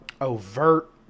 overt